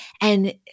And-